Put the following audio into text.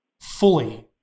fully